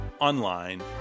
online